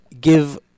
give